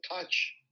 touch